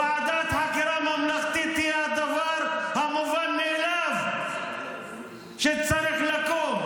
ועדת חקירה ממלכתית היא הדבר המובן מאליו שצריך לקום,